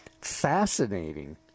fascinating